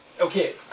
Okay